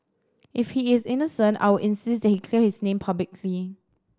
if he is innocent I will insist that he clear his name publicly